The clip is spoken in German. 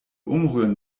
umrühren